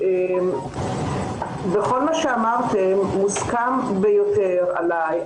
כל מה שאמרתם מוסכם ביותר עליי,